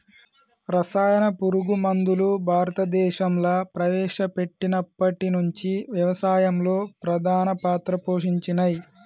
రసాయన పురుగు మందులు భారతదేశంలా ప్రవేశపెట్టినప్పటి నుంచి వ్యవసాయంలో ప్రధాన పాత్ర పోషించినయ్